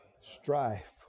Strife